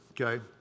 okay